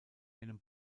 einem